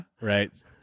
right